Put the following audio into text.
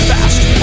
Fast